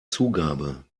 zugabe